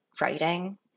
writing